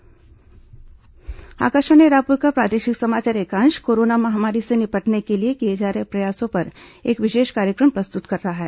corona विशेष कार्यक्रम आकाशवाणी रायपुर का प्रादेशिक समाचार एकांश कोरोना महामारी से निपटने के लिए किए जा रहे प्रयासों पर एक विशेष कार्यक्रम प्रस्तुत कर रहा है